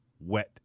wet